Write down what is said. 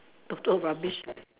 total rubbish